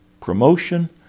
promotion